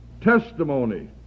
testimony